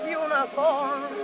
uniform